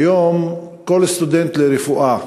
היום כל סטודנט לרפואה